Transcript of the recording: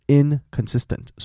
inconsistent